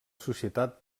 societat